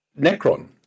Necron